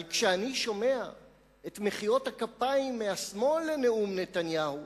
אבל כשאני שומע את מחיאות הכפיים משמאל לנאום נתניהו,